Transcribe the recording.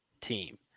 team